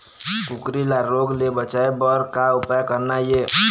कुकरी ला रोग ले बचाए बर का उपाय करना ये?